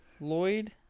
Lloyd